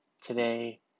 Today